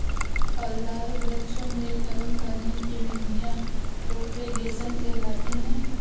फलदार वृक्षों में कलम करने की विधियां प्रोपेगेशन कहलाती हैं